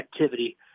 activity